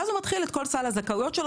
ואז הוא מתחיל את כל סל הזכאויות שלו